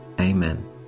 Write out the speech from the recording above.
Amen